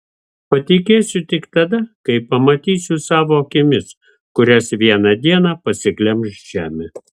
patikėsiu tik tada kai pamatysiu savo akimis kurias vieną dieną pasiglemš žemė